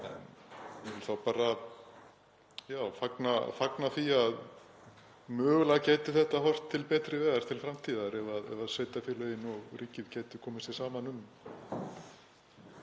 Ég vil bara fagna því að mögulega gæti þetta horft til betri vegar til framtíðar ef sveitarfélögin og ríkið gætu komið sér saman um